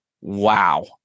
wow